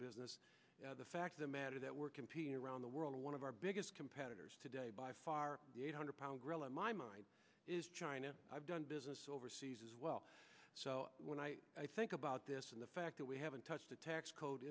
business the fact the matter that we're competing around the world one of our biggest competitors today by far the eight hundred pound gorilla in my mind is china i've done business overseas as well so when i think about this and the fact that we haven't touched the tax code